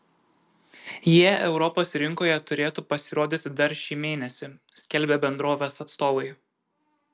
jie europos rinkoje turėtų pasirodyti dar šį mėnesį skelbia bendrovės atstovai